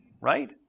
Right